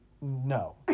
No